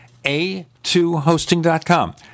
a2hosting.com